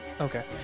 Okay